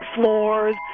floors